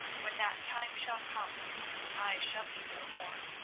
when that time shall come i shall be no more,